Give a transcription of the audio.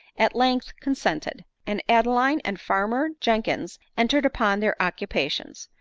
at length consented and adeline and farmer jen kins entered upon their occupations.